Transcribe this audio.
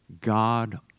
God